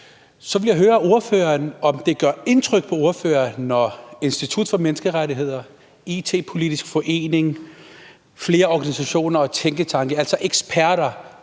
Så vil jeg høre ordføreren, om det gør indtryk på ordføreren, når Institut for Menneskerettigheder, IT-Politisk Forening, flere organisationer og tænketanke,